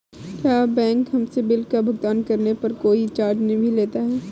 क्या बैंक हमसे बिल का भुगतान करने पर कोई चार्ज भी लेता है?